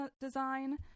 design